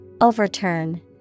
Overturn